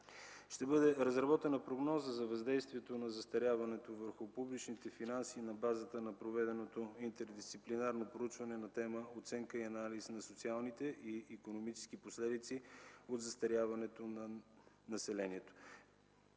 Ще бъде разработена прогноза за въздействието на застаряването върху публичните финанси на базата на проведеното интердисциплинарно проучване на тема „Оценка и анализ на социалните и икономически последици от застаряването на населението”.